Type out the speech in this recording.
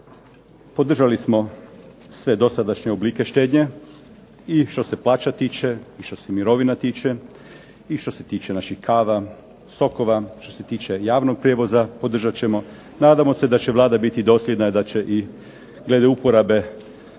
Podržali smo sve dosadašnje oblike štednje i što se plaća tiče i što se mirovina tiče i što se tiče naših kava, sokova, što se tiče javnog prijevoza podržat ćemo. Nadamo se da će Vlada biti dosljedna i da će i glede uporabe